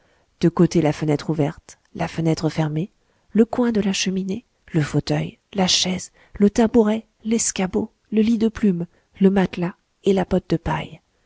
de coter la fenêtre ouverte la fenêtre fermée le coin de la cheminée le fauteuil la chaise le tabouret l'escabeau le lit de plume le matelas et la botte de paille